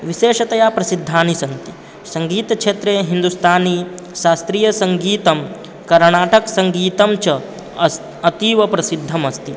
विशेषतया प्रसिद्धानि सन्ति सङ्गीतक्षेत्रे हिन्दुस्तानी शास्त्रीयसङ्गीतं कर्णाटकसङ्गीतं च अस्ति अतीवप्रसिद्धमस्ति